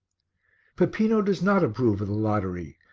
peppino does not approve of the lottery,